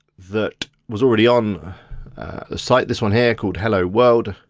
that was already on the site, this one here called hello world.